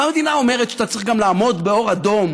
והמדינה גם אומרת שאתה צריך גם לעמוד באור אדום,